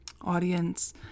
audience